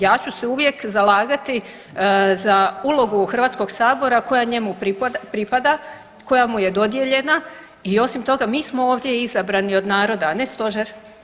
Ja ću se uvijek zalagati za ulogu Hrvatskog sabora koja njemu pripada, koja mu je dodijeljena i osim toga mi smo ovdje izabrani od naroda, a ne Stožer.